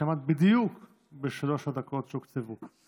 שעמד בדיוק בשלוש הדקות שהוקצבו.